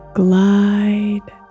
glide